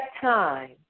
time